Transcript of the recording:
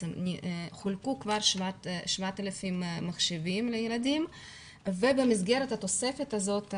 חולקו כבר 7,000 מחשבים לילדים ובמסגרת התוספת הזאת,